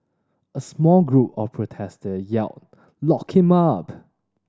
a small group of protester yelled Lock him up